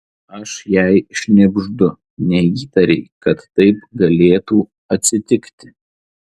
aš jai šnibždu neįtarei kad taip galėtų atsitikti